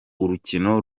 urukino